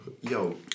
yo